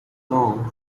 long